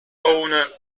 owner